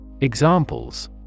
Examples